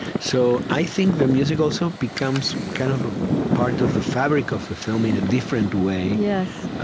so i think the music also becomes kind of a part of the fabric of the film in a different way yes,